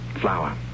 Flower